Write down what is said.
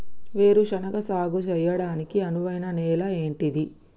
వేరు శనగ సాగు చేయడానికి అనువైన నేల ఏంటిది?